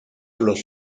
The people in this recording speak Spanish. los